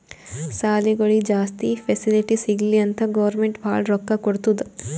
ಸಾಲಿಗೊಳಿಗ್ ಜಾಸ್ತಿ ಫೆಸಿಲಿಟಿ ಸಿಗ್ಲಿ ಅಂತ್ ಗೌರ್ಮೆಂಟ್ ಭಾಳ ರೊಕ್ಕಾ ಕೊಡ್ತುದ್